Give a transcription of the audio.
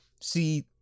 See